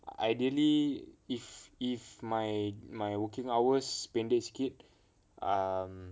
ideally if if my my working hours pendek sikit um